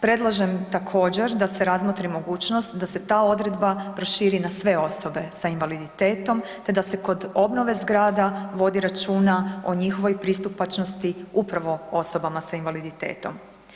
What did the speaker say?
Predlažem također da se razmotri mogućnost da se ta odredba proširi na sve osobe sa invaliditetom, te da se kod obnove zgrada vodi računa o njihovoj pristupačnosti upravo osobama sa invaliditetom.